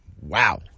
Wow